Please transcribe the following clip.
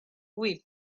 whip